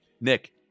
Nick